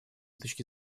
точки